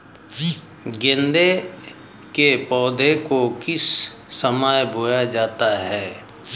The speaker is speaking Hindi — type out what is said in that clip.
गेंदे के पौधे को किस समय बोया जाता है?